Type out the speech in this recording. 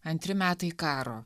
antri metai karo